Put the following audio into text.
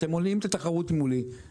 אתם מונעים את התחרות מולי,